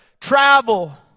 Travel